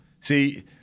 See